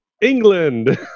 England